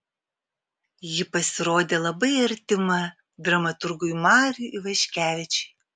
ji pasirodė labai artima dramaturgui mariui ivaškevičiui